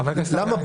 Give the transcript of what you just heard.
חבר הכנסת קרעי,